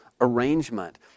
arrangement